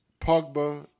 Pogba